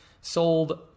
Sold